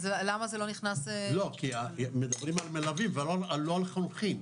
מדברים על מלווים ולא על חונכים.